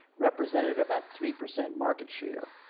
represented about three percent market share.